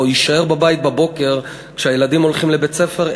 או יישאר בבית בבוקר כשהילדים הולכים לבית-הספר,